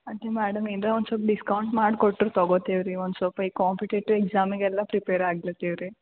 ಅಂದರೆ ಮ್ಯಾಡಮ್ ಏನಾರ ಒಂದು ಸ್ವಲ್ಪ ಡಿಸ್ಕೌಂಟ್ ಮಾಡ್ಕೊಟ್ರೆ ತೊಗೋತೀವಿ ರೀ ಒಂದು ಸ್ವಲ್ಪ ಈ ಕಾಂಪಿಟೇಟಿವ್ ಎಕ್ಸಾಮಿಗೆಲ್ಲ ಪ್ರಿಪೇರ್ ಆಗ್ಲತ್ತೀವಿ ರೀ